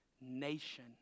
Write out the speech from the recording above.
nation